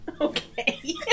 Okay